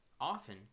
Often